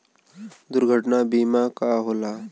दुर्घटना बीमा का होला?